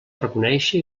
reconéixer